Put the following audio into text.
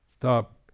stop